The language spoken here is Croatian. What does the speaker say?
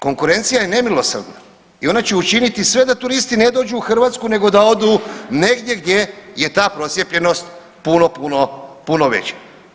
Konkurencija je nemilosrdna i ona će učinit sve da turisti ne dođu u Hrvatsku nego da odu negdje gdje je ta procijepljenost puno, puno, puno veća.